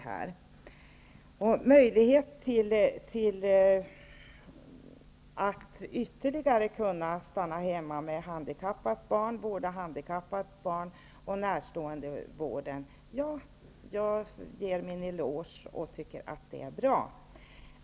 När det gäller möjlighet att ytterligare kunna stanna hemma och vårda handikappat barn och närståendevården ger jag min éloge, och jag tycker att det är bra.